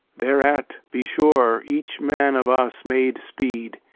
thereat, be sure, each man of us made speed.